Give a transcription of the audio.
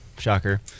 Shocker